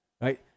right